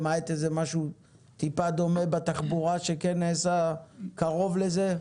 למעט משהו טיפה דומה בתחבורה שכן נעשה קרוב לזה?